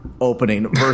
Opening